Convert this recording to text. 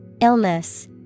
Illness